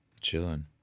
chilling